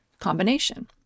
combination